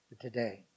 Today